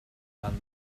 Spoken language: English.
than